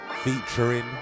Featuring